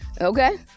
Okay